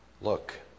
Look